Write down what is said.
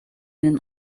men